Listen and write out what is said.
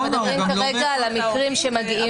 אנחנו מדברים כרגע על המקרים שמגיעים